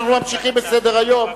אנחנו ממשיכים בסדר-היום.